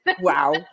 Wow